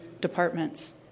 departments